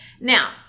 Now